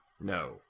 No